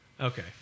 Okay